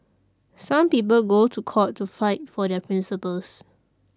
some people go to court to fight for their principles